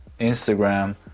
Instagram